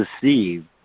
deceived